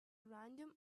random